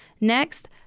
Next